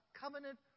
covenant